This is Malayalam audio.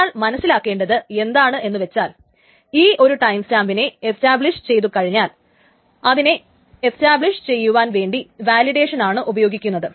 ഒരാൾ മനസ്സിക്കേണ്ടത് എന്തെന്നുവച്ചാൽ ഈ ഒരു ടൈംസ്റ്റാമ്പിനെ എസ്റ്റാബ്ലിഷ് ചെയ്തു കഴിഞ്ഞാൽ അതിനെ എസ്റ്റാബ്ലിഷ് ചെയ്യുവാൻ വേണ്ടി വാലിഡേഷനാണ് ഉപയോഗിക്കുന്നത്